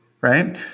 right